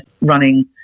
running